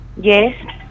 Yes